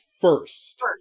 First